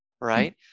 right